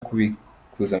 kubikuza